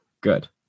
Good